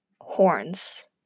horns